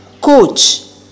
coach